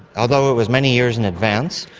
although it was many years in advance,